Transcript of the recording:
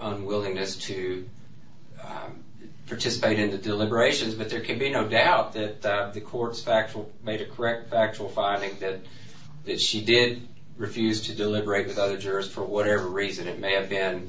unwillingness to participate in the deliberations but there can be no doubt that the court's factual made a correct factual filing did this she did refuse to deliberate with those jurors for whatever reason it may have been